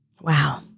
Wow